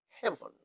heaven